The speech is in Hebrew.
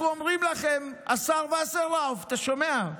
אנחנו אומרים לכם, השר וסרלאוף, אתה שומע?